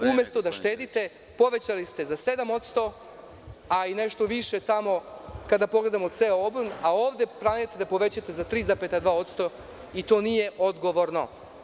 Umesto da štedite, povećali ste za 7%, a i nešto više kada pogledamo ceo obrt, a ovde planirate da povećate za 3,2% i to nije odgovorno.